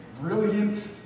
brilliant